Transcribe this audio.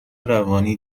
روانی